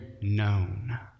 known